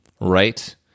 right